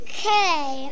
Okay